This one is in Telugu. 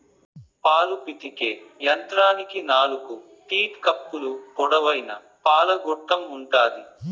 పాలు పితికే యంత్రానికి నాలుకు టీట్ కప్పులు, పొడవైన పాల గొట్టం ఉంటాది